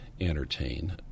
entertain